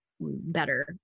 better